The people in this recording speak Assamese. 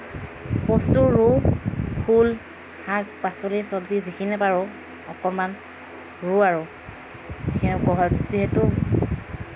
বস্তু ৰুওঁ ফুল শাক পাচলি চব্জি যিখিনি পাৰোঁ অকণমান ৰুওঁ আৰু যিহেতু